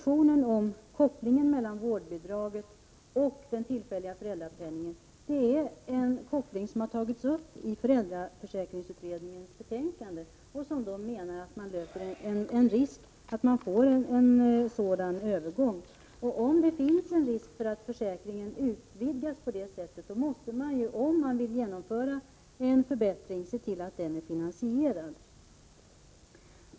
Kopplingen mellan vårdbidraget och den tillfälliga föräldrapenningen är en fråga som tas upp i föräldraförsäkringsutredningens betänkande. Enligt utredningen löper man risk att få en övergång till föräldrapenning. Om det finns risk för att försäkringen utvidgas på detta sätt måste man, om man vill genomföra en förbättring, se till att den är finansierad.